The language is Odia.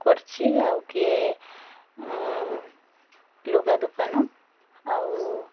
କରିଛି ଆଉ କିଏ ଲୁଗା ଦୋକାନ ଆଉ